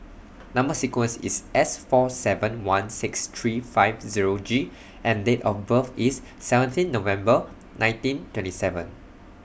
Number sequence IS S four seven one six three five Zero G and Date of birth IS seventeen November nineteen twenty seven